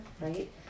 right